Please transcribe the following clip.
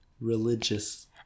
religious